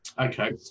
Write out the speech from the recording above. Okay